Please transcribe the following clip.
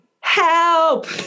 help